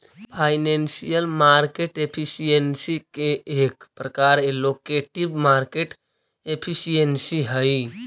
financial market efficiency के एक प्रकार एलोकेटिव मार्केट एफिशिएंसी हई